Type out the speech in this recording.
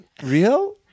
real